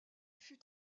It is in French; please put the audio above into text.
fut